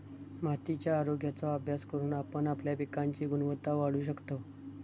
मातीच्या आरोग्याचो अभ्यास करून आपण आपल्या पिकांची गुणवत्ता वाढवू शकतव